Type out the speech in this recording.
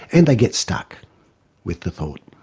and they get stuck with the thought.